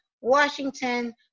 Washington